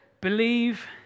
believe